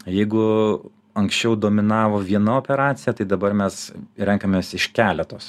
jeigu anksčiau dominavo viena operacija tai dabar mes renkamės iš keletos